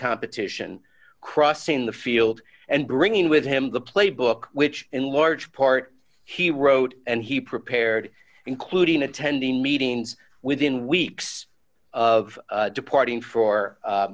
competition crossing the field and bringing with him the playbook which in large part he wrote and he prepared including attending meetings within weeks of departing for